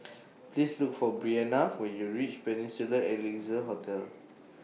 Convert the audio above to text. Please Look For Bryana when YOU REACH Peninsula Excelsior Hotel